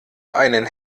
einen